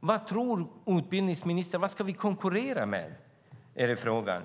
Vad tycker utbildningsministern att vi ska konkurrera med? Det är frågan.